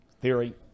theory